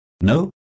No